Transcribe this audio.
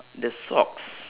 the socks